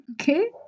okay